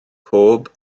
pob